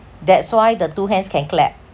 that's why the two hands can clap